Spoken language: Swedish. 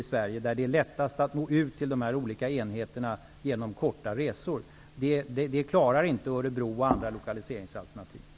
Därifrån är det lättast att nå ut till de olika enheterna genom korta resor. Det kravet klarar inte Örebro och andra lokaliseringsalternativ.